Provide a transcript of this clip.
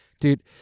Dude